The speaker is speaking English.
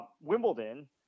Wimbledon